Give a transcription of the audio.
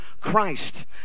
Christ